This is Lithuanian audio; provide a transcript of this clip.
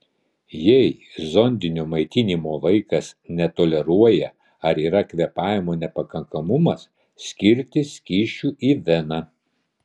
jei zondinio maitinimo vaikas netoleruoja ar yra kvėpavimo nepakankamumas skirti skysčių į veną